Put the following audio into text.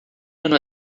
ano